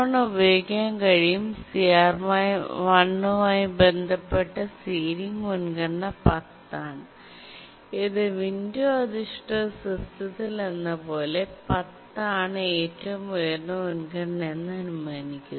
CR1 ഉപയോഗിക്കാൻ കഴിയും CR1 മായി ബന്ധപ്പെട്ട സീലിംഗ് മുൻഗണന 10 ആണ് ഇത് വിൻഡോ അധിഷ്ഠിത സിസ്റ്റത്തിലെന്നപോലെ 10 ആണ് ഏറ്റവും ഉയർന്ന മുൻഗണനയെന്ന് അനുമാനിക്കുന്നു